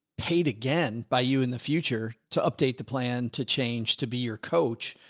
paid again by you in the future to update the plan, to change, to be your coach,